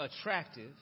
attractive